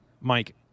Mike